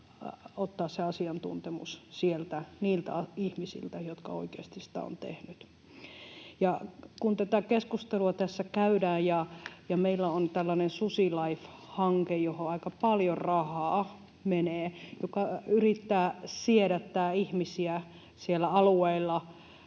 ottaa se asiantuntemus sieltä, niiltä ihmisiltä, jotka oikeasti sitä ovat tehneet. Kun tätä keskustelua tässä käydään ja meillä on tällainen SusiLIFE-hanke, johon aika paljon rahaa menee ja joka yrittää siedättää ihmisiä siellä alueilla